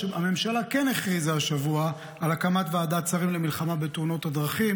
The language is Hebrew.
הממשלה כן הכריזה השבוע על הקמת ועדת שרים למלחמה בתאונות הדרכים.